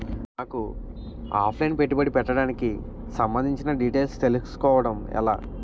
నాకు offline పెట్టుబడి పెట్టడానికి సంబందించిన డీటైల్స్ తెలుసుకోవడం ఎలా?